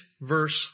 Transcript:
verse